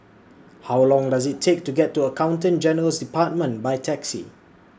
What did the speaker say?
How Long Does IT Take to get to Accountant General's department By Taxi